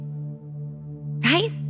right